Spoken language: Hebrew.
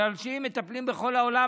בגלל שאם מטפלים בכל העולם,